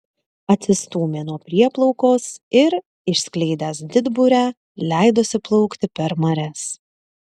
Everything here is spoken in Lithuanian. atsistūmė nuo prieplaukos ir išskleidęs didburę leidosi plaukti per marias